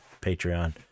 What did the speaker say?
Patreon